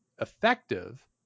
effective